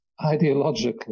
ideologically